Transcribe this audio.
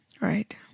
Right